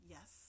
Yes